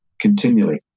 continually